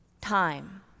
Time